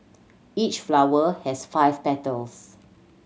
each flower has five petals